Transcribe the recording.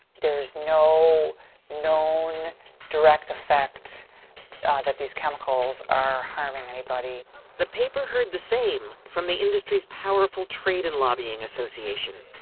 there's no known direct effect that these chemicals are harming anybody. narrator the paper heard the same from the industry's powerful trade and lobbying association,